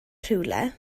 rhywle